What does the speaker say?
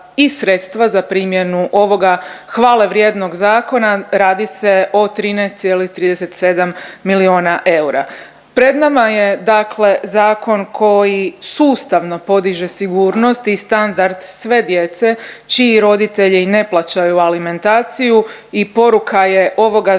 za primjenu ovoga hvale vrijednog zakona. Radi se o 13,37 milijuna eura. Pred nama je dakle zakon koji sustavno podiže sigurnost i standard sve djece čiji roditelji ne plaćaju alimentaciju i poruka je ovoga zakona